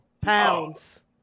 Pounds